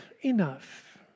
enough